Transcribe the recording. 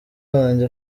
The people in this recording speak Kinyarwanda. wange